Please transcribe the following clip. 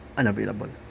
unavailable